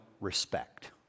respect